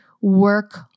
Work